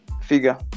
figure